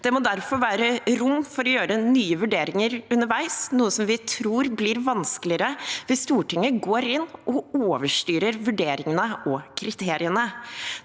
Det må derfor være rom for å gjøre nye vurderinger underveis, noe vi tror blir vanskeligere hvis Stortinget går inn og overstyrer vurderingene og kriteriene.